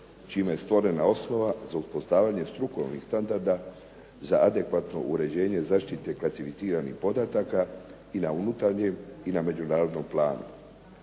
čime je stvorena osnova za upoznavanje strukovnih standarda za adekvatno uređenje zaštite klasificiranih podataka i na unutarnjem i na međunarodnom planu.